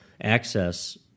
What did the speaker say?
access